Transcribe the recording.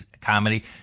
comedy